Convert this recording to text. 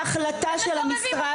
בהחלט של המשרד.